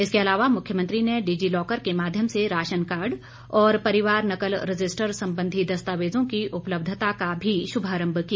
इसके अलावा मुख्यमंत्री ने डिजि लॉकर के माध्यम से राशन कार्ड और परिवार नकल रजिस्टर संबंधी दस्तावेजों की उपलब्धता का भी शुभारंभ किया